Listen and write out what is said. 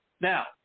Now